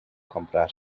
comprar